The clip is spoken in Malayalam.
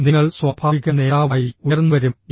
നിങ്ങൾ സ്വാഭാവിക നേതാവായി ഉയർന്നുവരും ജി